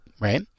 right